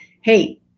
hey